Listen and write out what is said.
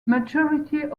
majority